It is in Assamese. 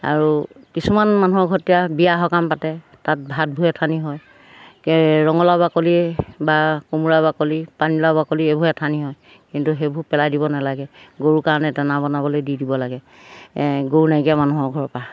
আৰু কিছুমান মানুহৰ ঘৰতে বিয়া সকাম পাতে তাত ভাতবোৰ আথানি হয় ৰঙলাও বাকলি বা কোমোৰা বাকলি পানীলাও বাকলি এইবোৰ আথানি হয় কিন্তু সেইবোৰ পেলাই দিব নালাগে গৰু কাৰণে দানা বনাবলৈ দি দিব লাগে গৰু নাইকিয়া মানুহৰ ঘৰৰপৰা